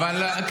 וגם בזה.